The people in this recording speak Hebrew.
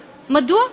מדוע: